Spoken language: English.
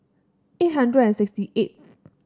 eight hundred and sixty eight